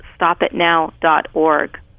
stopitnow.org